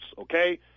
okay